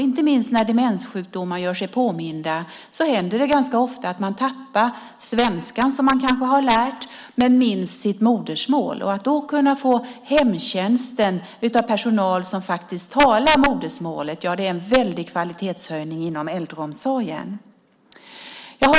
Inte minst när demenssjukdomar gör sig påminda händer det ganska ofta att man tappar den svenska som man kanske har lärt sig men minns sitt modersmål. Att då kunna få hemtjänsten av personal som talar modersmålet är en väldig kvalitetshöjning inom äldreomsorgen.